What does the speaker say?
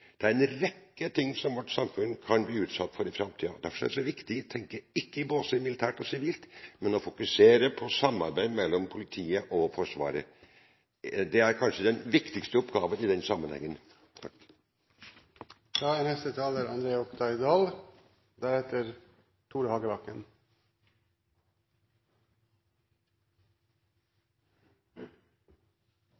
Det er en rekke ting som vårt samfunn kan bli utsatt for i framtiden. Derfor er det så viktig ikke å tenke i båser militært/sivilt, men å fokusere på samarbeid mellom politiet og Forsvaret. Det er kanskje den viktigste oppgaven i den sammenhengen. Statsråden er